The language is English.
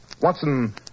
Watson